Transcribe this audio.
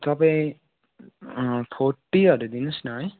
तपाईँ फोर्टीहरू दिनुहोस् न है